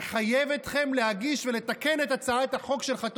מחייב אתכם להגיש ולתקן את הצעת החוק שלך,